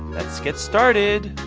let's get started!